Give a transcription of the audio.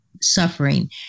suffering